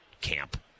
camp